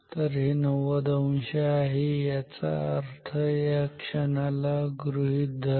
तर हे 90 अंश आहे याचा अर्थ या क्षणाला गृहीत धरा